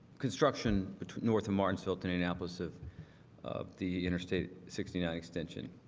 construction north of martinsville to indianapolis of of the interstate sixty nine extension